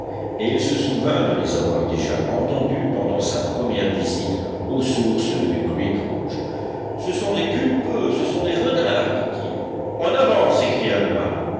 et il se souvint de les avoir déjà entendus pendant sa première visite aux sources du creek rouge ce sont des culpeux ce sont des renards dit-il en avant s'écria le marin